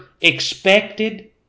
expected